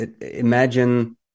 imagine